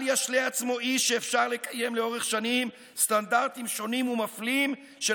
אל ישלה עצמו איש שאפשר לקיים לאורך שנים סטנדרטים שונים ומפלים של